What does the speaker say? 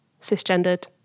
cisgendered